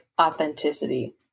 authenticity